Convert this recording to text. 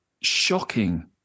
shocking